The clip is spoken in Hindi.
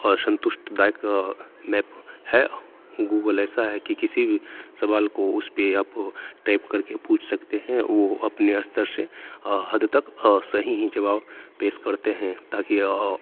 असन्तुष्टदायक मैप है गूगल ऐसा है कि किसी भी सवाल को उस पे आप टाइप करके पूछ सकते हैं वो अपने स्तर से हद तक सही ही जवाब पेश करते हैं ताकि